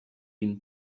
been